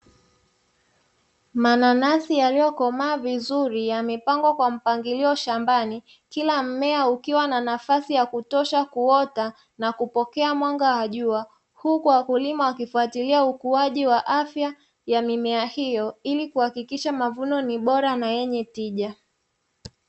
Mananasi yaliyo komaa vizuri yamepangwa kwa mpangilio shambani, kila mmea ukiwa na nafasi ya kutosha kuota na kupokea mwanga wa jua, huku wakulima wakifatilia ukuaji wa afya ya mimea hiyo ili kuhakikisha mavuno ni bora na yenye tija.